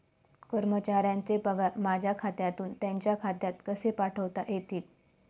कर्मचाऱ्यांचे पगार माझ्या खात्यातून त्यांच्या खात्यात कसे पाठवता येतील?